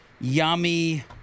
yummy